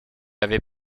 avait